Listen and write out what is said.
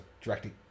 directing